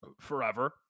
forever